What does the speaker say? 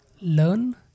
learn